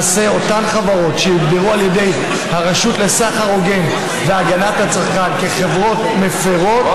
אותן חברות שיוגדרו על ידי הרשות לסחר הוגן והגנת הצרכן כחברות מפירות,